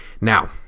Now